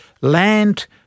land